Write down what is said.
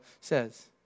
says